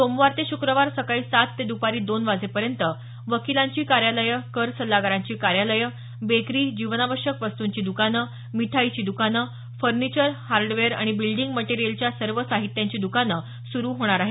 सोमवार ते श्क्रवार सकाळी सात ते दुपारी दोन वाजेपर्यंत वकीलांची कार्यालयं कर सल्लागारांची कार्यालयं बेकरी जीवनावश्यक वस्तुंची द्कानं मिठाईची द्कानं फर्निचर हार्डवेअर आणि बिल्डिंग मटेरियलच्या सर्व साहित्यांची द्कानं सुरु होणार आहेत